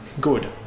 Good